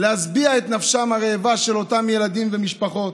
להשביע את נפשם הרעבה של אותם ילדים ומשפחות.